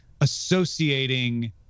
associating